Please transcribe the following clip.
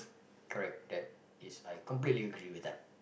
correct that is I completely agree with that